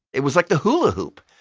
it was like the hula-hoop.